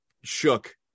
shook